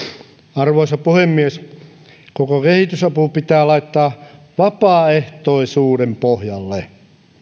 arvoisa puhemies koko kehitysapu pitää laittaa vapaaehtoisuuden pohjalle